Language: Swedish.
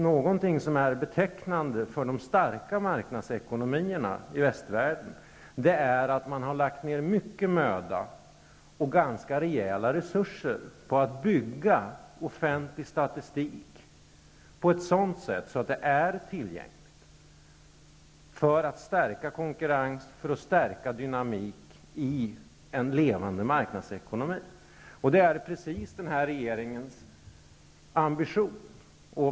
Någonting som är betecknande för de starka marknadsekonomierna i västvärlden är att man har lagt ned mycket möda och ganska rejäla resurser på att bygga upp offentlig statistik på ett sådant sätt att det finns information tillgänglig, och detta har man gjort i syfte att stärka konkurrens och dynamik i en levande marknadsekonomi. Det är precis det som är den nuvarande regeringens ambition.